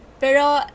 pero